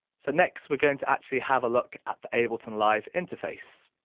so next we're going to actually have a look at the ableton live interface.